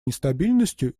нестабильностью